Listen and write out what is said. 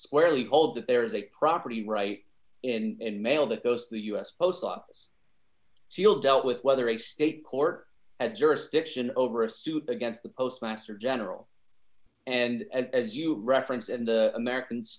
he holds that there is a property right in mail that goes the u s post office still dealt with whether a state court has jurisdiction over a suit against the postmaster general and as you reference and the americans